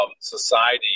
society